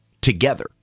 together